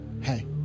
hey